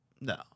No